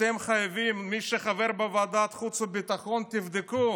אתם חייבים, מי שחבר בוועדת חוץ וביטחון, תבדקו